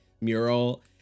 mural